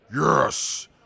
Yes